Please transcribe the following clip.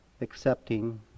accepting